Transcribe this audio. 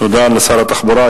תודה לשר התחבורה.